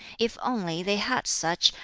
if only they had such,